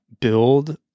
build